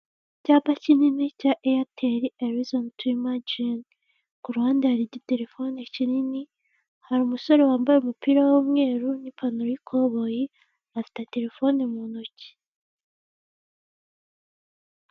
Icyapa kinini cya eyateli erizoni tu imajini. Kuhande hari igiterefone kinini hari umusore, wambaye umupira w'umweru n'ipantaro y'ikoboyi afite telefone mu ntoki.